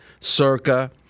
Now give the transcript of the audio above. circa